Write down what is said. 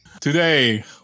Today